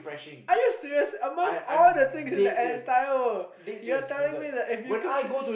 are you serious among all the things in the entire world you're telling me that if you could